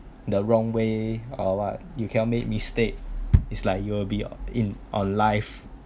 the wrong way or what you cannot make mistake is like you will be in on live